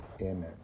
Amen